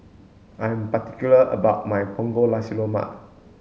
I'm particular about my Punggol Nasi Lemak